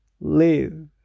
Live